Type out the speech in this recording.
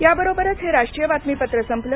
याबरोबरच हे राष्ट्रीय बातमीपत्र संपलं